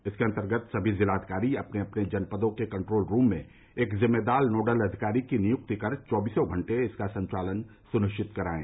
इसके अन्तर्गत सभी जिलाधिकारी अपने अपने जनपदों के कन्ट्रोल रूम में एक जिम्मेदार नोडल अधिकारी की नियुक्ति कर चौबीसों घंटे इसका संचालन सुनिश्चित कराएं